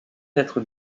être